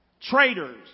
Traitors